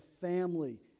family